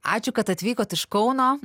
ačiū kad atvykot iš kauno